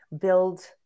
build